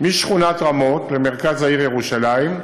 משכונת רמות למרכז העיר ירושלים.